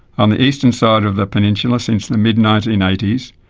on the eastern side of the peninsula since the mid nineteen eighty s,